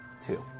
two